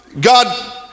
God